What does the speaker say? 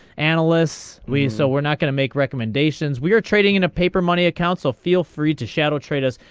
analysts we so we're not gonna make recommendations we are trading in a paper money account so feel free to shadow trade us.